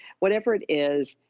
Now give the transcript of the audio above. whatever it is,